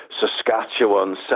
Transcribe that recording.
Saskatchewan